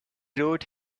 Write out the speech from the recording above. wrote